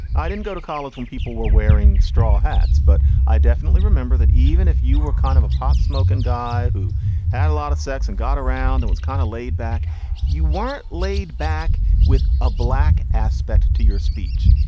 i didn't go to college when people were wearing straw hats, but i definitely remember that even if you were kind of a pot smoking guy who had a lot of sex and got around, it and was kind of laid back you weren't laid back with a black aspect to your speech.